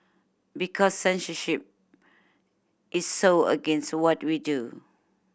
because censorship is so against what we do